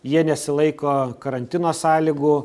jie nesilaiko karantino sąlygų